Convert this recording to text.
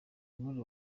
muri